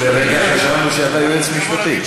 ולרגע חשבנו שאתה יועץ משפטי.